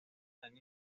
han